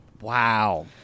Wow